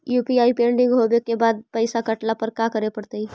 UPI pending होवे के बाद भी पैसा कटला पर का करे पड़तई?